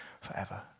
forever